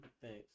Thanks